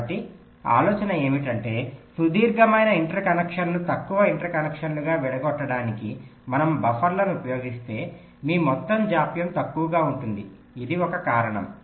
కాబట్టి ఆలోచన ఏమిటంటే సుదీర్ఘమైన ఇంటర్ కనెక్షన్ను తక్కువ ఇంటర్కనెక్షన్లుగా విడగొట్టడానికి మనము బఫర్లను ఉపయోగిస్తే మీ మొత్తం జాప్యం తక్కువగా ఉంటుంది అది ఒక కారణం